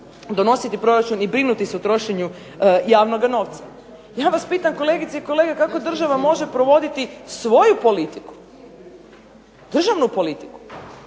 donositi proračun i brinuti se o trošenju javnog novca. Ja vas pitam kolegice i kolege kako država može provoditi svoju politiku, državnu politiku